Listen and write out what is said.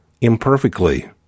Imperfectly